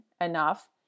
enough